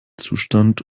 zustand